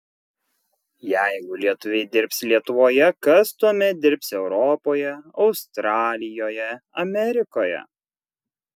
jeigu lietuviai dirbs lietuvoje kas tuomet dirbs europoje australijoje amerikoje